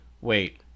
Wait